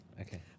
Okay